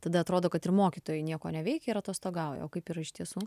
tada atrodo kad ir mokytojai nieko neveikia ir atostogauja o kaip yra iš tiesų